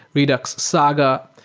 redux saga,